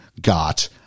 got